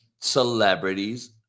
celebrities